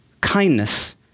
kindness